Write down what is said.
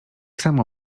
samo